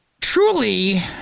Truly